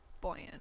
Buoyant